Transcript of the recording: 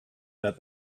that